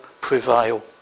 prevail